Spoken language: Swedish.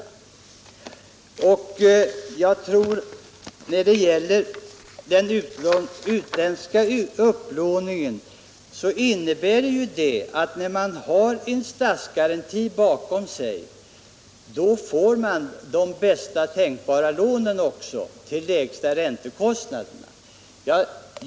Ökade lånemöjligheter för Sveriges Ökade lånemöjlig heter för Sveriges Investeringsbank AB När det gäller den utländska upplåningen vill jag säga att då man har statsgaranti bakom sig får man bästa tänkbara lån till lägsta kostnader.